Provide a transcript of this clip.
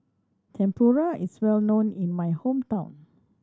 tempura is well known in my hometown